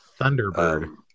Thunderbird